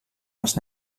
als